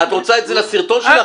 את רוצה את זה לסרטון שלך?